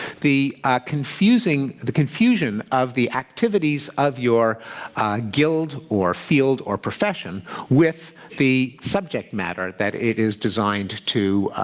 the confusion the confusion of the activities of your guild or field or profession with the subject matter that it is designed to